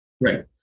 Right